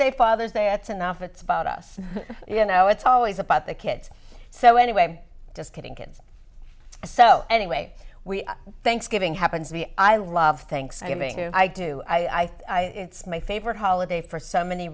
day father's day it's enough it's about us you know it's always about the kids so anyway just getting kids so anyway we thanksgiving happens to be i love thanksgiving i do i it's my favorite holiday for so many